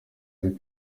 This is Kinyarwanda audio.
ari